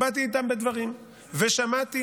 באתי איתם בדברים, ושמעתי